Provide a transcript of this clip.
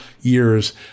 years